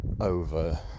over